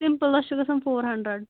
سِمپٔلَس چھُ گژھان four hundred